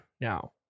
now